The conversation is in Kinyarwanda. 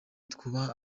twubaha